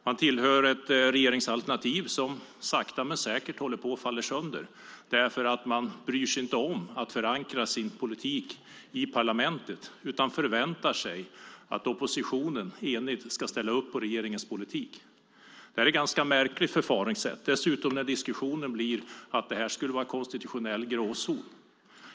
Man tillhör ett regeringsalternativ som sakta men säkert håller på att falla sönder därför att man inte bryr sig om att förankra sin politik i parlamentet utan förväntar sig att oppositionen enigt ska ställa upp på regeringens politik. Detta är ett ganska märkligt förfaringssätt. Dessutom sägs det i diskussionen att detta skulle vara en konstitutionell gråzon.